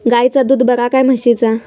गायचा दूध बरा काय म्हशीचा?